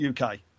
uk